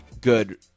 good